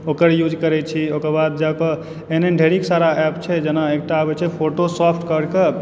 ओकर यूज करैत छी ओकर बाद जाके एहन एहन ढ़ेरिक सारा एप छै जेना एकटा आबैत छै फोटोसॉप करिके